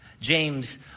James